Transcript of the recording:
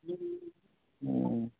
ꯑꯣ